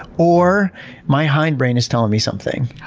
or my hindbrain is telling me something.